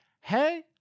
hey